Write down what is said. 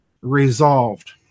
resolved